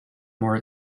more